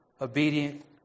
obedient